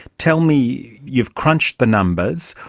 tell me, you've crunched the numbers.